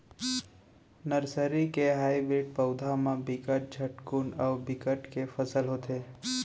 nursery के hybrid पउधा म बिकट झटकुन अउ बिकट के फसल होथे